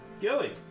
gilly